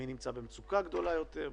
מי נמצא במצוקה גדולה יותר,